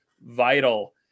Vital